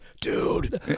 dude